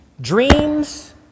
dreams